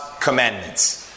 commandments